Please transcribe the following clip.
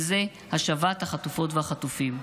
וזה השבת החטופות והחטופים.